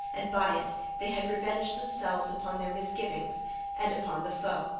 and by it they had revenged themselves upon their misgivings and upon the foe.